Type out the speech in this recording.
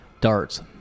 darts